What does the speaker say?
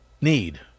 need